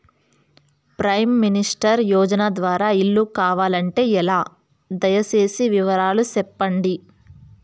Prime minister యోజన ద్వారా ఇల్లు కావాలంటే ఎలా? దయ సేసి వివరాలు సెప్పండి?